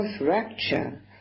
rapture